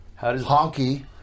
Honky